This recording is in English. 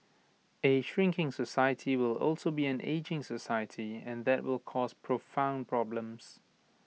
A shrinking society will also be an ageing society and that will cause profound problems